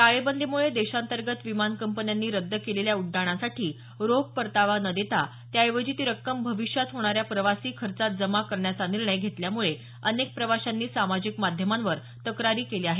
टाळेबंदीमुळे देशांतर्गत विमान कंपन्यांनी रद्द केलेल्या उड्डाणांसाठी रोख परतावा न देता त्याऐवजी ती रक्कम भविष्यात होणाऱ्या प्रवासी खर्चात जमा करण्याचा निर्णय घेतल्यामुळे अनेक प्रवाशांनी सामाजिक माध्यमांवर तक्रारी केल्या आहेत